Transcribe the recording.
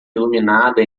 iluminada